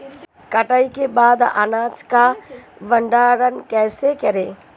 कटाई के बाद अनाज का भंडारण कैसे करें?